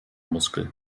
muskel